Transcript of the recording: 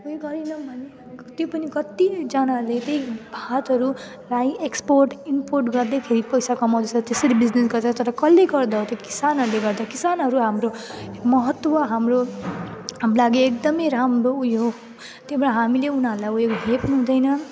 कोही गरिनौँ भने त्यो पनि कत्तिजनाले चाहिँ हातहरू लाई एक्सपोर्ट इम्पोर्ट गर्दैखेरि पैसा कमाउँदैछ त्यसरी बिजनेस गर्छ तर कसले गर्दा हो त्यो किसानहरूले गर्दा किसानहरू हाम्रो महत्त्व हाम्रो हाम्रो लागि एकदमै राम्रो उयो त्यो भएर हामीले उनीहरूलाई उयो हेप्नु हुँदैन